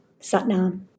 Satnam